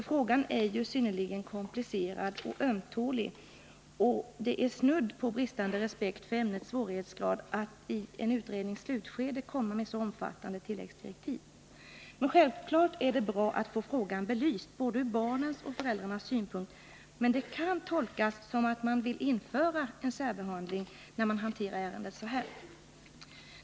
Frågan är synnerligen komplicerad och ömtålig, och det är snudd på bristande respekt för ämnets svårighetsgrad att i en utrednings slutskede komma med så omfattande tilläggsdirektiv. Självklart är det bra att få frågan belyst, både ur barnens och föräldrarnas synpunkt, men det kan tolkas som att man vill införa särbehandling när man hanterar ärendet så här.